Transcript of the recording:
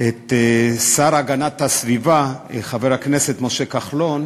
את השר להגנת הסביבה, חבר הכנסת משה כחלון,